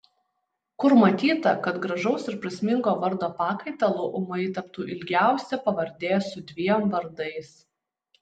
kur matyta kad gražaus ir prasmingo vardo pakaitalu ūmai taptų ilgiausia pavardė su dviem vardais